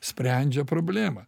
sprendžia problemą